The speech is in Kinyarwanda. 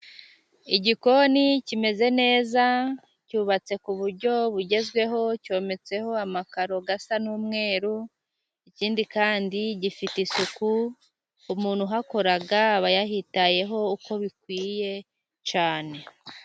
Igikoni kimeze neza cyubatse ku buryo bugezweho, cyometseho amakaro asa n'umweru ikindi kandi gifite isuku, umuntu uhakora aba yahitayeho uko bikwiye cyane.